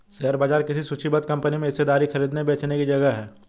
share बाजार किसी सूचीबद्ध कंपनी में हिस्सेदारी खरीदने बेचने की जगह है